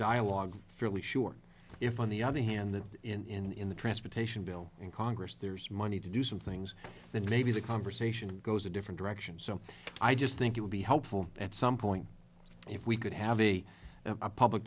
dialogue fairly sure if on the other hand that in the transportation bill in congress there's money to do some things that maybe the conversation goes a different direction so i just think it would be helpful at some point if we could have a public